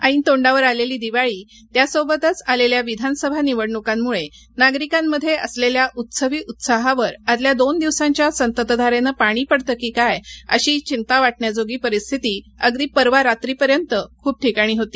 ऐन तोंडावर आलेली दिवाळी त्यासोबतच आलेल्या विधानसभा निवडणुकांमुळे नागरिकांमध्ये असलेल्या उत्सवी उत्साहावर आदल्या दोन दिवसांच्या संततधारेनं पाणी पडतं की काय अशी चिंता वाटण्याजोगी परिस्थिती अगदी परवा रात्रीपर्यंत खूप ठिकाणी होती